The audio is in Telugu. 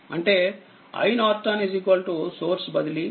అంటే iN సోర్స్ బదిలీ VTh RTh